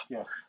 Yes